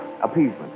Appeasement